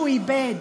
שהוא איבד,